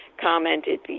commented